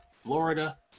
Florida